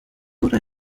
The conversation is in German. oder